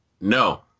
No